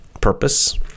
purpose